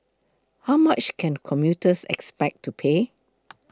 how much can commuters expect to pay